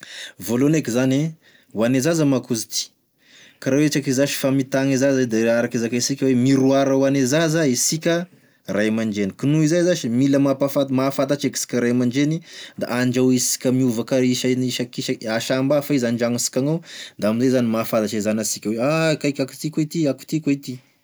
Voalohany eky zane, hoane zaza manko ozity, ka raha ohatry ke zasy efa mitagny zaza de araky zakaisika oe mirroir ho ane zaza isika ray aman-dreny, ko noho izay zasy mampahafant- mahafantatry eky isika ray aman-dreny, da andrahoinsika miovaka isany isakisak- samby hafa izy andragnonsikany ao da amizay zany mahafantatry e zanasika oe ah kaiky akô ty koa ty akô ty koa ty.